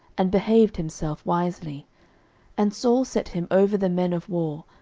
and behaved himself wisely and saul set him over the men of war,